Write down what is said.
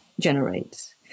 generates